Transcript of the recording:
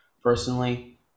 personally